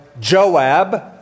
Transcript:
Joab